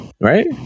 Right